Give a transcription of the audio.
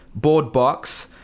Boardbox